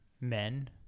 men